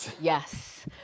Yes